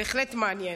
בהחלט מעניין.